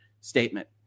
statement